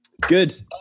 Good